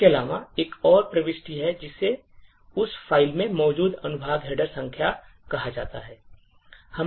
इसके अलावा एक और प्रविष्टि है जिसे उस फ़ाइल में मौजूद अनुभाग हेडर संख्या कहा जाता है